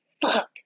fuck